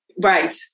right